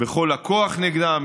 בכל הכוח נגדה.